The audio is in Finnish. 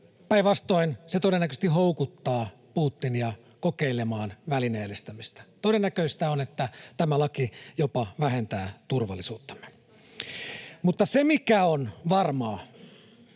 päinvastoin se todennäköisesti houkuttaa Putinia kokeilemaan välineellistämistä. Todennäköistä on, että tämä laki jopa vähentää turvallisuuttamme. [Jenna